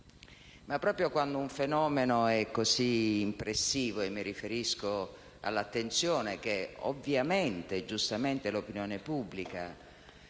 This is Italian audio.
Ma proprio quando un fenomeno è così impressivo - e mi riferisco all'attenzione che, ovviamente e giustamente, l'opinione pubblica